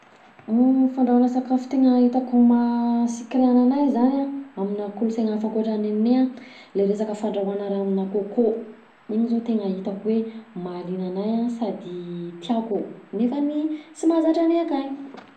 Fandrahoana sakafo tegna itako maha sy kiriana anahy zany an, aminà kolonsaina hafa ankoatra nenahy an, le resaka fandrahoana raha aminà kôkô iny zao tenga itako hoe: mahaliana anahy an: sady tiako, nefany sy mahazatra anay akany.